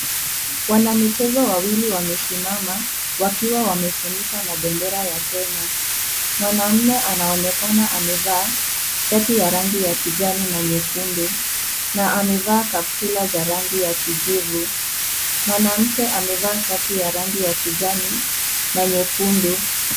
Wanamichezo wawili wamesimama wakiwa wamefunikwa na bendera ya Kenya ,mwanaume anaonekana amevaa shati ya rangi ya kijani na nyekundu na amevaa kaptura za rangi ya kijivu ,mwanamke amevaa shati ya rangi ya kijani na nyekundu.